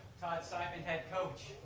cyban head coach.